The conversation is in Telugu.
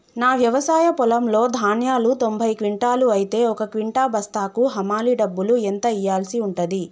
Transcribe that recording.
నా వ్యవసాయ పొలంలో ధాన్యాలు తొంభై క్వింటాలు అయితే ఒక క్వింటా బస్తాకు హమాలీ డబ్బులు ఎంత ఇయ్యాల్సి ఉంటది?